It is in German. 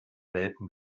welpen